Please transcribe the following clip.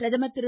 பிரதமர் திரு